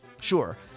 Sure